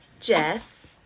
Jess